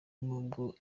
nubwo